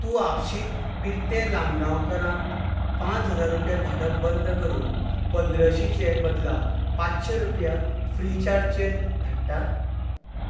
तूं आपशीत पिरतें लामगांवकारांत पांच हजार रुपया धाडप बंद करून पंद्रशेचे बदला पांचशें रुपया फ्रीचार्जचेर धाडटा